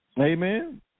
Amen